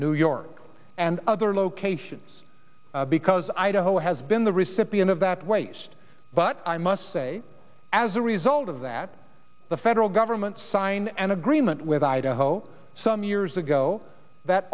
new york and other locations because idaho has been the recipient of that waste but i must say as a result of that the federal government signed an agreement with idaho some years ago that